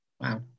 Wow